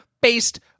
based